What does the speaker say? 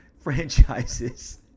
franchises